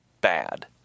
bad